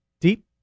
Deep